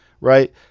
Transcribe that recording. right